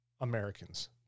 Americans